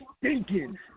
stinking